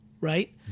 right